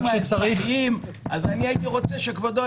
רק שצריך ------ אז הייתי רוצה שכבודו